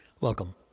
Welcome